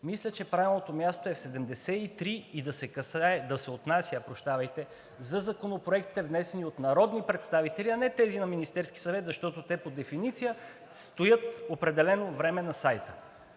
Мисля, че правилното място е в чл. 73 и да се отнася за законопроектите, внесени от народни представители, а не тези на Министерския съвет, защото те по дефиниция стоят определено време на сайта.